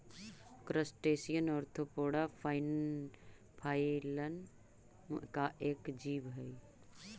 crustacean arthropoda phylum का एक जीव हई